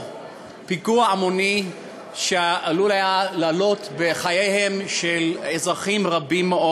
פיגוע המוני שעלול היה לעלות בחייהם של אזרחים רבים מאוד?